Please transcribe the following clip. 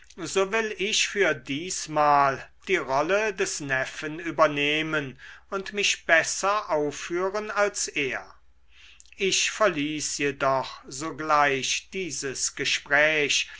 so will ich für diesmal die rolle des neffen übernehmen und mich besser aufführen als er ich verließ jedoch sogleich dieses gespräch